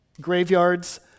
Graveyards